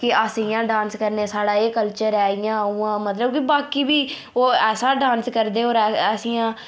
कि अस इ'यां डांस करदे साढ़ा एह् कल्चर ऐ इ'यां उ'यां मतलब कि बाकी बी ओह् ऐसा डांस करदे और अस इ'यां